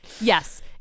yes